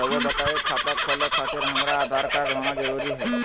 रउआ बताई खाता खोले खातिर हमरा आधार कार्ड होना जरूरी है?